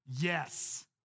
Yes